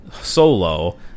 Solo